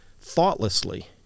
thoughtlessly